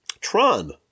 Tron